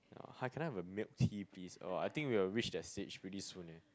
hi can I have a milk tea please oh I think we will reach that stage really soon eh